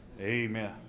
Amen